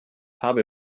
habe